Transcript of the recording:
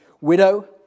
widow